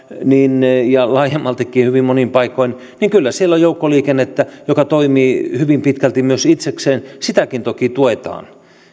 ja laajemmaltikin hyvin monin paikoin on joukkoliikennettä joka toimii hyvin pitkälti myös itsekseen sitäkin toki tuetaan